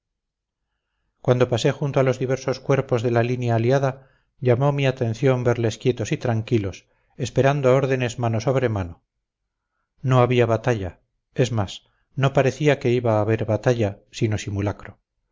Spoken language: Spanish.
cuando pasé junto a los diversos cuerpos de la línea aliada llamó mi atención verles quietos y tranquilos esperando órdenes mano sobre mano no había batalla es más no parecía que iba a haber batalla sino simulacro